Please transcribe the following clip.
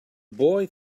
boy